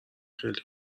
خیلی